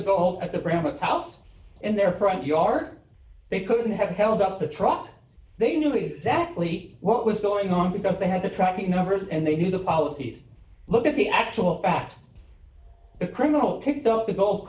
the gold at the parents house and their front yard they couldn't have held up the truck they knew exactly what was going on because they had the tracking numbers and they knew the policies look at the actual perhaps criminal picked up the gold